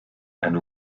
and